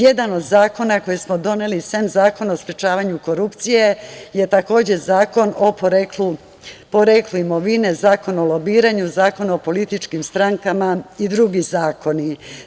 Jedan od zakona koje smo doneli sem Zakona o sprečavanju korupcije je takođe Zakon o poreklu imovine, Zakon o lobiranju, Zakon o političkim strankama i drugi zakoni.